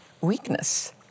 weakness